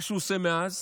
מה שהוא עושה מאז